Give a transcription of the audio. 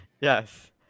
Yes